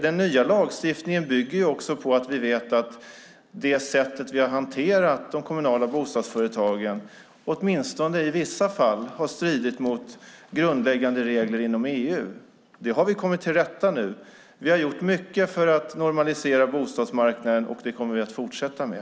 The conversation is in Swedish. Den nya lagstiftningen bygger på att vi vet att det sätt vi har hanterat de kommunala bostadsföretagen, åtminstone i vissa fall, har stridit mot grundläggande regler inom EU. Det har vi kommit till rätta med nu. Vi har gjort mycket för att normalisera bostadsmarknaden, och det kommer vi att fortsätta med.